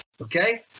Okay